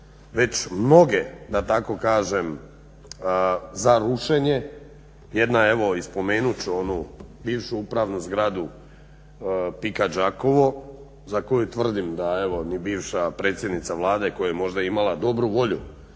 već mnoge da tako kažem za rušenje. Jedna je evo i spomenut ću onu bivšu upravnu zgradu PIK-a Đakovo za koju tvrdim da evo ni bivša predsjednica Vlade koja je možda imala dobru volju